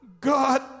God